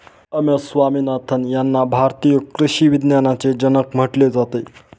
M S Swaminathan यांना भारतीय कृषी विज्ञानाचे जनक म्हटले जाते